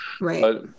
right